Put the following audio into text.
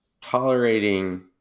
tolerating